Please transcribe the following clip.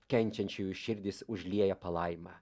kenčiančiųjų širdis užlieja palaima